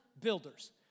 builders